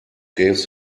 gave